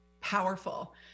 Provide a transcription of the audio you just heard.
powerful